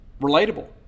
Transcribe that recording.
relatable